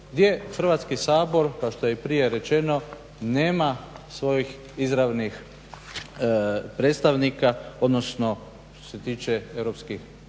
gdje Hrvatski sabor kao što je i prije rečeno nema svojih izravnih predstavnika, odnosno što se tiče europskih